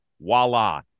Voila